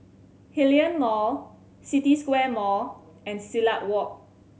Hillion Mall City Square Mall and Silat Walk